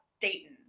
Dayton